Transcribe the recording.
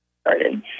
started